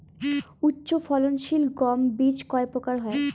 উচ্চ ফলন সিল গম বীজ কয় প্রকার হয়?